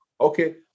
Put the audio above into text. Okay